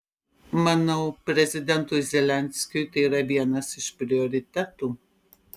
manau prezidentui zelenskiui tai yra vienas iš prioritetų